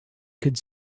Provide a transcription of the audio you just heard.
could